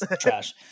trash